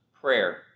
prayer